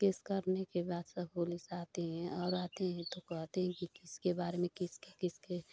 case करने के सब बाद सब पुलिस आती है और आते ही थुपवाते हैं कि किसके बारे में किस के किस के